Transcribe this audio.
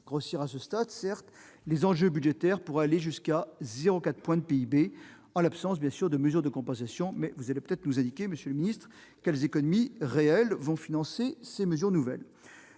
grossière à ce stade, certes, les enjeux budgétaires pourraient donc aller jusqu'à 0,4 point de PIB, en l'absence de mesures de compensation. Peut-être allez-vous nous indiquer, monsieur le ministre, quelles économies réelles permettront de financer ces mesures nouvelles